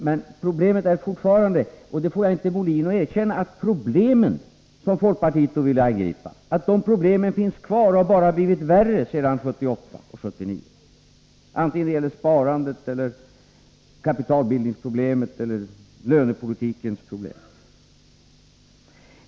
Men de problem som folkpartiet ville angripa — och det får jag inte Molin att erkänna — finns kvar och har bara blivit värre sedan 1978 och 1979, antingen det gäller sparandet eller kapitalbildningsproblemet eller lönepolitikens problem.